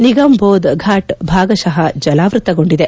ನಿಗಮ್ಬೋಧ್ ಫಾಟ್ ಭಾಗಶಃ ಜಲಾವೃತಗೊಂಡಿದೆ